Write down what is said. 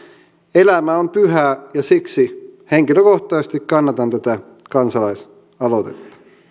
elämä on pyhää ja siksi henkilökohtaisesti kannatan tätä kansalaisaloitetta